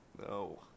No